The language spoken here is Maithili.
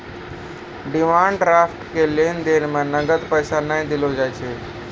डिमांड ड्राफ्ट के लेन देन मे नगद पैसा नै देलो जाय छै